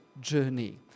journey